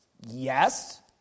Yes